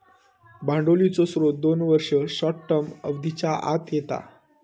भांडवलीचे स्त्रोत दोन वर्ष, शॉर्ट टर्म अवधीच्या आत येता